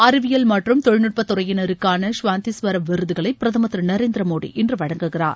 அறிவியல் மற்றும் தொழில்நுட்பத்துறையினருக்கான சாந்தி ஸ்வரப் விருதுகளை பிரதமர் திரு நரேந்திர மோடி இன்று வழங்குகிறார்